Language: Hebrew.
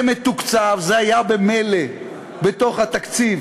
זה מתוקצב, זה היה ממילא בתוך התקציב